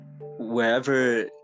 wherever